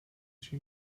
she